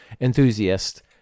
enthusiast